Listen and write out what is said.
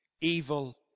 Evil